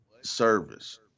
service